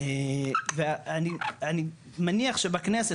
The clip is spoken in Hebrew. ואני מניח שבכנסת,